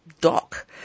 dock